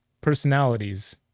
personalities